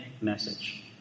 Message